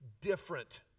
different